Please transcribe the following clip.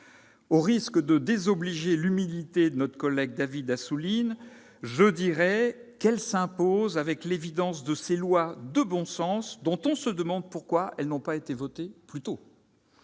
Au risque de désobliger l'humilité de notre collègue David Assouline, je dirai qu'elle s'impose avec l'évidence de ces lois de bon sens, dont on se demande pourquoi elles n'ont pas été votées plus tôt.